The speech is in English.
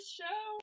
show